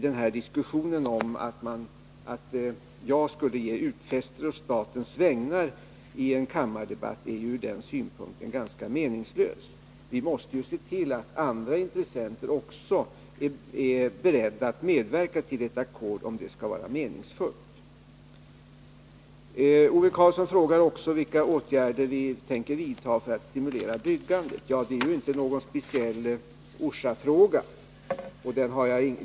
Den här diskussionen om att jag skulle göra utfästelser å statens vägnar i en kammardebatt är därför ur den synpunkten ganska meningslös. Vi måste ju se till att också andra intressenter är beredda att medverka till ett ackord, om det skall vara meningsfullt. Ove Karlsson frågar vidare vilka åtgärder vi tänker vidta för att stimulera byggandet. Ja, det här är inte en fråga som speciellt gäller Orsa.